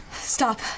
stop